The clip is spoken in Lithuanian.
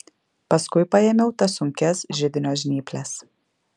paskui paėmiau tas sunkias židinio žnyples